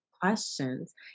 questions